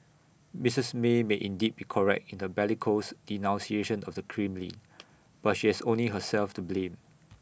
Mrs may may indeed be correct in the bellicose denunciation of the Kremlin but she has only herself to blame